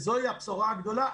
זוהי הבשורה הגדולה.